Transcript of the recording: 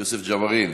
יוסף ג'בארין.